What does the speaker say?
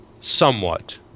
somewhat